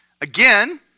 again